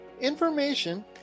information